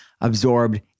absorbed